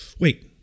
wait